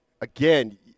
Again